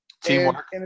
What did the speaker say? Teamwork